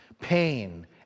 Pain